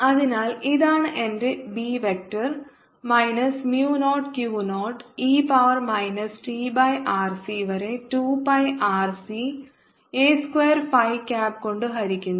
അതിനാൽ ഇതാണ് എന്റെ B vector minus mu 0 Q 0 e power minus T by R Cവരെ 2 pi R C a square phi cap കൊണ്ട് ഹരിക്കുന്നു